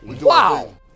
Wow